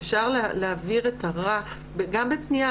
אפשר להעביר את הרף גם בפניה,